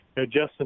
Justin